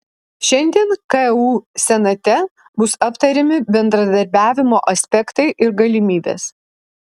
šiandien ku senate bus aptariami bendradarbiavimo aspektai ir galimybės